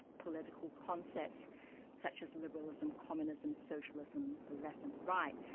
political concepts such as liberalism, communism, socialism, the left and the right.